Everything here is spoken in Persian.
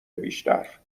بیشتر